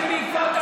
למה שבעקבות,